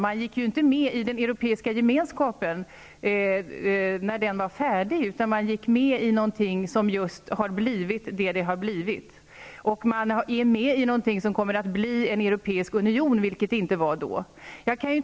Man gick inte med i den europeiska gemenskapen när den var färdig, utan man gick med i något som blev som det blev. Man är med i någonting som kommer att bli en europeisk union, vilket det inte var då.